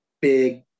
big